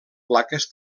plaques